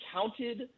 counted